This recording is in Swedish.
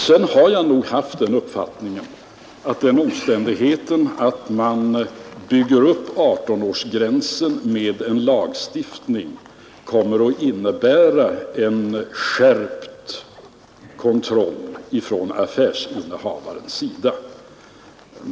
Sedan har jag nog haft uppfattningen att den omständigheten att man bygger upp 18-årsgränsen med en lagstiftning kommer att innebära en skärpt kontroll från affärsinnehavarens sida.